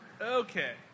Okay